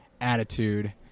attitude